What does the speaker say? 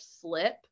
slip